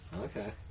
Okay